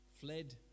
fled